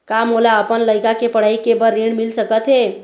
का मोला अपन लइका के पढ़ई के बर ऋण मिल सकत हे?